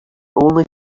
only